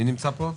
בבקשה.